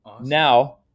Now